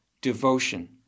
devotion